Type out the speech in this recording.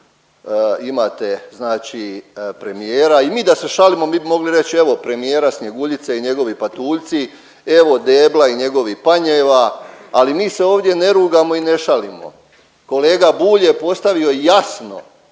Imate znači premijera i mi da se šalimo mi bi mogli reć evo premijera Snjeguljice i njegovi patuljci, evo debla i njegovih panjeva ali mi se ovdje ne rugamo i ne šalimo. Kolega Bulj je postavio jasno,